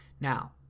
Now